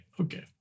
okay